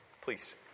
Please